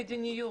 ברור,